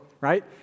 right